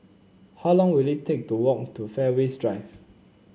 how long will it take to walk to Fairways Drive